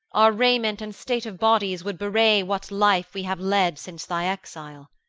our raiment and state of bodies would bewray what life we have led since thy exile.